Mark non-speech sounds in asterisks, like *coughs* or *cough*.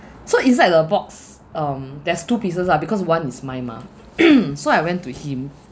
so inside the box um there's two pieces lah because one is mine mah *coughs* so I went to him